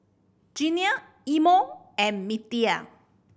Jeannine Imo and Mittie